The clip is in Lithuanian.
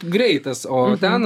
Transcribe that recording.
greitas o ten